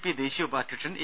P ദേശീയ ഉപാധ്യക്ഷൻ A